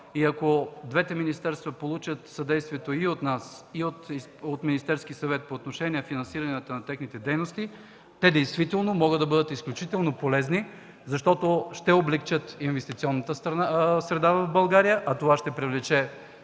и ако двете министерства получат съдействие и от нас, и от Министерския съвет по отношение финансирането на техните дейности, действително могат да бъдат изключително полезни, защото ще облекчат инвестиционната среда в България, а това ще привлече